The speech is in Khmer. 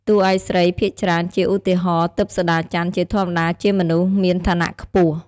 តួឯកស្រីភាគច្រើន ជាឧទាហរណ៍ ទិព្វសូដាច័ន្ទ ជាធម្មតាជាមនុស្សមានឋានៈខ្ពស់។